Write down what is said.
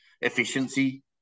efficiency